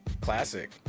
Classic